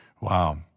wow